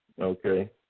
Okay